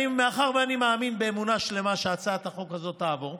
מאחר שאני מאמין באמונה שלמה שהצעת החוק הזאת תעבור,